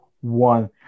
one